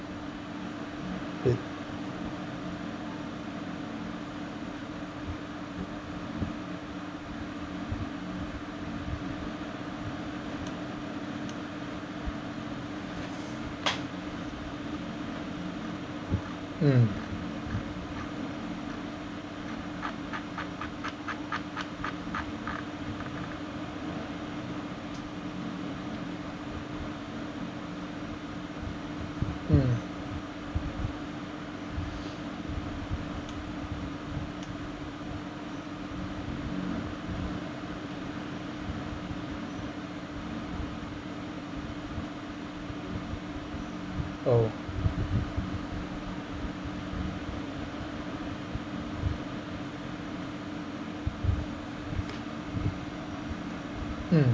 it mm mm oh mm